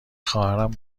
خواهرم